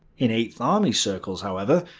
in eighth army circles, however,